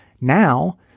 Now